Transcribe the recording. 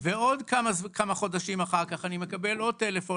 ועוד כמה חודשים אחר כך אני מקבל עוד טלפון,